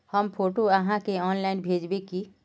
हम फोटो आहाँ के ऑनलाइन भेजबे की?